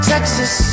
Texas